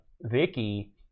Vicky